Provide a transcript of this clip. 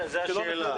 כנראה שלא.